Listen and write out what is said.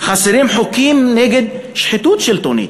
חסרים חוקים נגד שחיתות שלטונית.